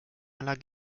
aller